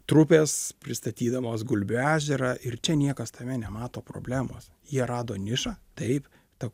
trupės pristatydamos gulbių ežerą ir čia niekas tame nemato problemos jie rado nišą taip ta